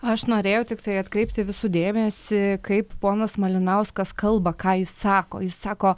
aš norėjau tiktai atkreipti visų dėmesį kaip ponas malinauskas kalba ką ji sako jis sako